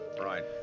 right